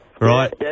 Right